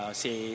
say